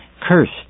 Cursed